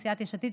סיעת יש עתיד,